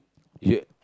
ya